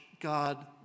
God